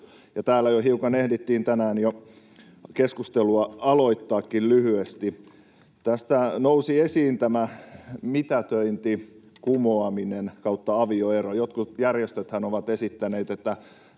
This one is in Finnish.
tänään hiukan ehdittiin keskustelua lyhyesti aloittaakin. Tässä nousi esiin tämä mitätöinti/kumoaminen/avioero. Jotkut järjestöthän ovat esittäneet, että